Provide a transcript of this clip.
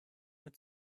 mit